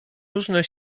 różne